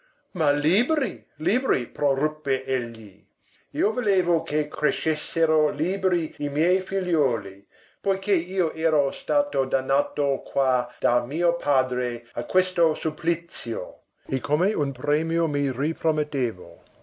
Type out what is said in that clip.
ma liberi liberi proruppe egli io volevo che crescessero liberi i miei figliuoli poiché io ero stato dannato qua da mio padre a questo supplizio e come un premio mi ripromettevo